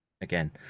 again